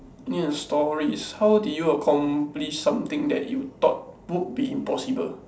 need a stories how did you accomplish something that you thought would be impossible